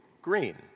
green